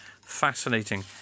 Fascinating